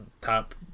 top